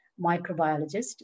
microbiologist